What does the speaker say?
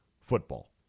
football